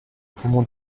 poumon